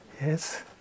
Yes